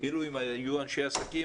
אילו הם היו אנשי עסקים,